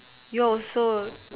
you also